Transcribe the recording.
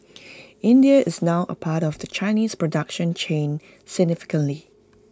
India is now A part of the Chinese production chain significantly